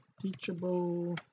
teachable